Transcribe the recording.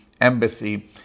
embassy